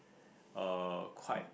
uh quite